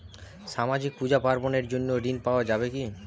সামাজিক পূজা পার্বণ এর জন্য ঋণ পাওয়া যাবে কি?